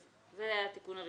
אז זה התיקון הראשון.